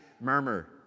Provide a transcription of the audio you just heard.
murmur